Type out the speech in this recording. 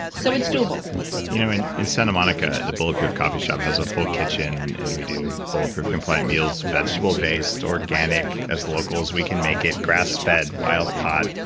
so it's doable you know, in in santa monica, the bulletproof coffee shop has a full kitchen and we do bulletproof compliant meals, vegetable based, organic, as local as we can make it, grass fed, wild caught,